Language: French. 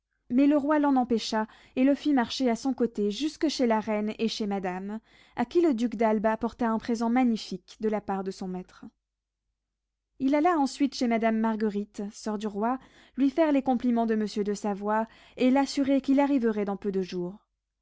mais le roi l'en empêcha et le fit marcher à son côté jusque chez la reine et chez madame à qui le duc d'albe apporta un présent magnifique de la part de son maître il alla ensuite chez madame marguerite soeur du roi lui faire les compliments de monsieur de savoie et l'assurer qu'il arriverait dans peu de jours